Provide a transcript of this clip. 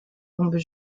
tombes